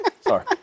Sorry